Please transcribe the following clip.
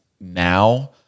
now